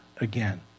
again